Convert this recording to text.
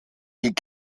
die